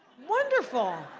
wonderful,